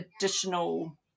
additional